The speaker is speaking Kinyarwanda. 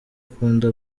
akunda